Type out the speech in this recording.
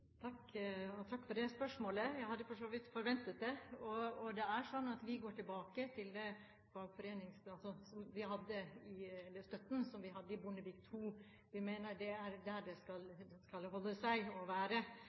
Takk for det spørsmålet. Jeg hadde for så vidt forventet det. Det er slik at vi går tilbake til den støtten som vi hadde under Bondevik II-regjeringen. Vi mener det er der den skal holde seg og være.